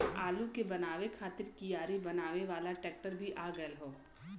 आलू के बोए खातिर कियारी बनावे वाला ट्रेक्टर भी आ गयल हउवे